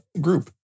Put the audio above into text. group